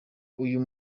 uyu